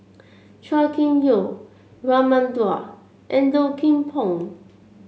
Chua Kim Yeow Raman Daud and Low Kim Pong